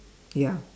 ya